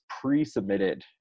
pre-submitted